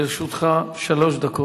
לרשותך שלוש דקות.